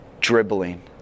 dribbling